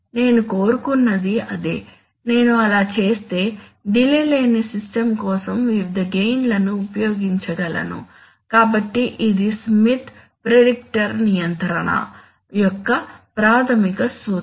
నేను కోరుకున్నది అదే నేను అలా చేస్తే డిలే లేని సిస్టమ్ కోసం వివిధ గెయిన్ లను ఉపయోగించగలను కాబట్టి ఇది స్మిత్ ప్రిడిక్టర్ నియంత్రణ యొక్క ప్రాథమిక సూత్రం